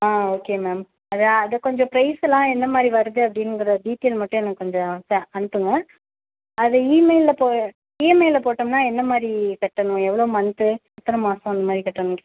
ஆ okay ma'am அதான் அதை கொஞ்சம் பிரைஸெல்லாம் என்ன மாதிரி வருது அப்படிங்கிற டீட்டெயில் மட்டும் எனக் கொஞ்சம் ச அனுப்புங்க அது ஈ மெயிலில்ல போ இஎம்ஐயில போட்டோம்ன்னா எந்த மாதிரி கட்டணும் எவ்வளோ மந்த்து எத்தனை மாசம் அந்த மாதிரி கட்டணும்